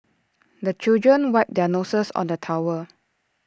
the children wipe their noses on the towel